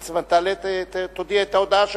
ליצמן, תעלה, תודיע את ההודעה שלך.